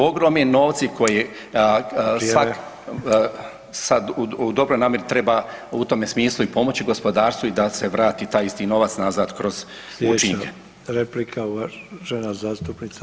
Ogromni novci koji svak' sad u dobroj namjeri treba [[Upadica Sanader: Vrijeme.]] u tome smislu i pomoći gospodarstvu i da se vrati taj isti novac nazad kroz učinke.